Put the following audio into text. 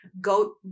go